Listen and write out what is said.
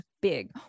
big